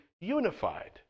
unified